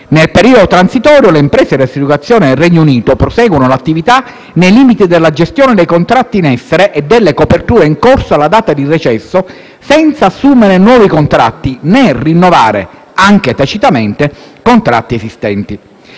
Nel periodo transitorio le imprese di assicurazione del Regno Unito proseguono l'attività nei limiti della gestione dei contratti in essere e delle coperture in corso alla data di recesso senza assumere nuovi contratti, né rinnovare, anche tacitamente, contratti esistenti.